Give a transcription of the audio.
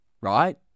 right